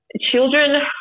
children